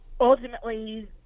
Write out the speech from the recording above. ultimately